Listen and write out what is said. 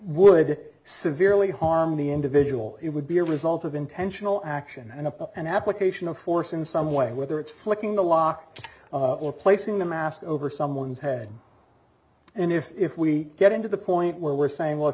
would severely harm the individual it would be a result of intentional action and an application of force in some way whether it's flicking the lock or placing the mask over someone's head and if we get into the point where we're saying well if